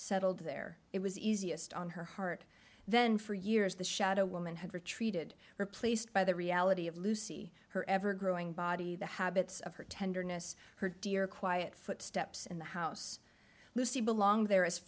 settled there it was easiest on her heart then for years the shadow woman had retreated replaced by the reality of lucy her ever growing body the habits of her tenderness her dear quiet footsteps in the house lucy belonged there